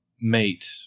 mate